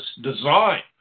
design